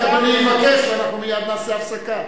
רק אדוני יבקש, ומייד נעשה הפסקה.